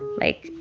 like,